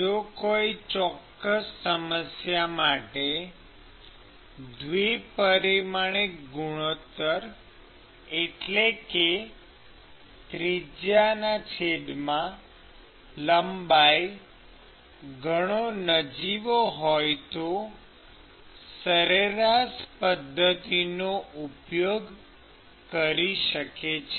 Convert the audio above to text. જો કોઈ ચોક્કસ સમસ્યા માટે દ્વિ પરિમાણિક ગુણોત્તર એટલે કે ત્રિજ્યાલંબાઈ ઘણો નજીવો હોય તો કોઈ સરેરાશ પદ્ધતિનો ઉપયોગ કરી શકે છે